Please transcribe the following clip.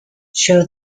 show